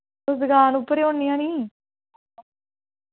तुस दुकान उप्पर ही होन्नियां निं